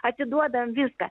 atiduodam viską